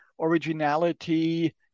originality